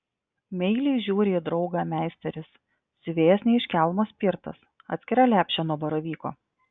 meiliai žiūri į draugą meisteris siuvėjas ne iš kelmo spirtas atskiria lepšę nuo baravyko